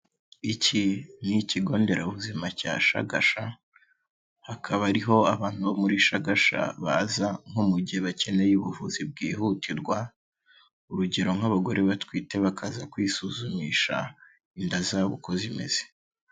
Iki ni ikigo nderabuzima cya Shagasha, hakaba ariho abantu bo muri Shagasha baza nko mu gihe bakeneye ubuvuzi bwihutirwa, urugero nk'abagore batwite bakaza kwisuzumisha inda zabo uko zimeze.